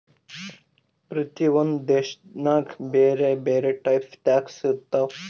ಪ್ರತಿ ಒಂದ್ ದೇಶನಾಗ್ ಬ್ಯಾರೆ ಬ್ಯಾರೆ ಟೈಪ್ ಟ್ಯಾಕ್ಸ್ ಇರ್ತಾವ್